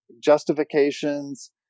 justifications